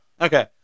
Okay